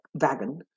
wagon